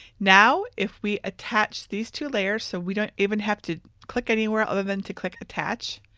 now, if we attach these two layers, so we don't even have to click anywhere other than to click attach,